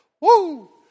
Woo